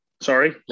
Sorry